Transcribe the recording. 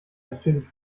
natürlich